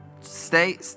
Stay